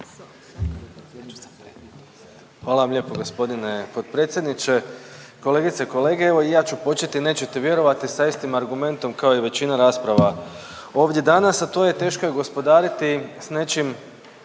Hvala vam lijepo gospodine potpredsjedniče. Kolegice i kolege, evo i ja ću početi nećete vjerovati, sa istim argumentom kao i većina rasprava ovdje danas, a to je teško je gospodariti s nečim